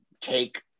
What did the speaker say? take